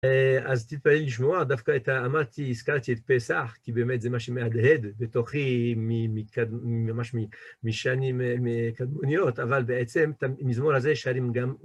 אז תתפלא לשמוע, דווקא אמרתי, הזכרתי את פסח, כי באמת זה מה שמהדהד בתוכי ממש משנים קדמוניות, אבל בעצם את המזמור הזה שרים גם...